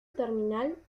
terminal